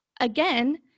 again